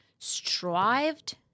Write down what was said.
strived